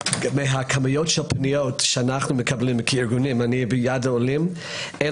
מהכמויות של הפניות שאנחנו מקבלים כארגונים אני ב"יד לעולים" אין